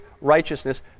righteousness